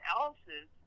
else's